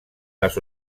las